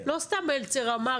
לא סתם מלצר אמר